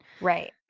Right